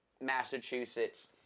Massachusetts